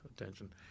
attention